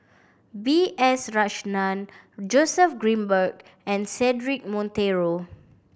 B S Rajhan Joseph Grimberg and Cedric Monteiro